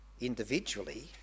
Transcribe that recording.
individually